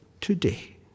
today